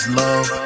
love